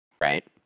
right